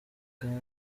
kandi